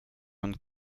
und